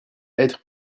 être